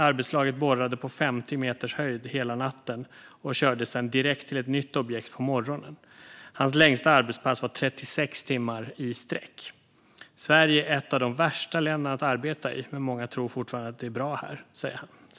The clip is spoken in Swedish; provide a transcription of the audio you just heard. Arbetslaget borrade på femtio meters höjd hela natten och kördes sedan direkt till ett nytt objekt på morgonen. Hans längsta arbetspass var 36 timmar i sträck. - Sverige är ett av de värsta länderna att arbeta i, men många tror fortfarande att det är bra här, säger han."